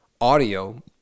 audio